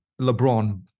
LeBron